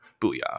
booyah